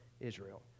Israel